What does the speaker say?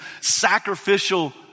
sacrificial